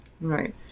right